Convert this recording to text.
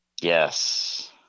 yes